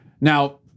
Now